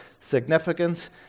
significance